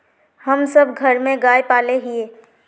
हम सब घर में गाय पाले हिये?